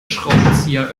schraubenzieher